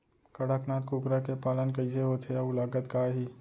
कड़कनाथ कुकरा के पालन कइसे होथे अऊ लागत का आही?